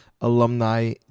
alumni